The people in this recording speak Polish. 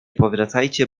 powracajcie